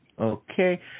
Okay